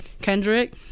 Kendrick